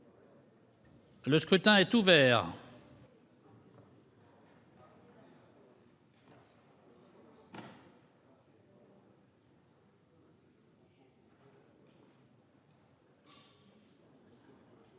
Le scrutin est ouvert.